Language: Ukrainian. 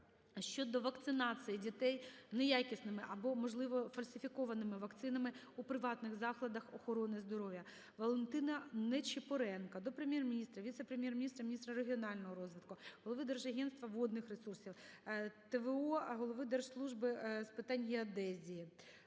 щодо вакцинації дітей неякісними або, можливо, фальсифікованими вакцинами у приватних закладах охорони здоров'я. ВалентинаНичипоренка до Прем'єр-міністра, Віце-прем’єр-міністра - міністра регіонального розвитку, голови Держагентства водних ресурсів, т.в.о. голови Держслужби з питань геодезії,